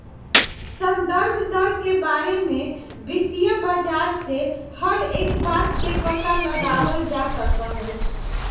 संदर्भ दर के बारे में वित्तीय बाजार से हर एक बात के पता लगावल जा सका हई